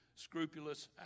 Scrupulous